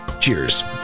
Cheers